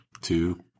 two